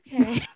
okay